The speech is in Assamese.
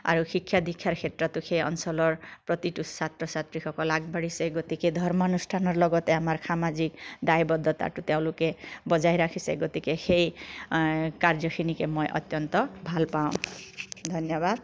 আৰু শিক্ষা দীক্ষাৰ ক্ষেত্ৰতো সেই অঞ্চলৰ প্ৰতিটো ছাত্ৰ ছাত্ৰীসকল আগবাঢ়িছে গতিকে ধৰ্মানুষ্ঠানৰ লগতে আমাৰ সামাজিক দায়ৱদ্ধতাটো তেওঁলোকে বজাই ৰাখিছে গতিকে সেই কাৰ্যখিনিকে মই অত্যন্ত ভাল পাওঁ ধন্যবাদ